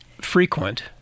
frequent